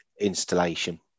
installation